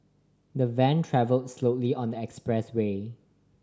the van travelled slowly on the expressway